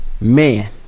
man